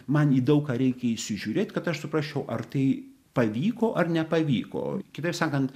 man į daug ką reikia įsižiūrėt kad aš suprasčiau ar tai pavyko ar nepavyko kitaip sakant